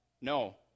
No